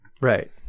Right